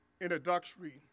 introductory